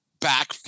back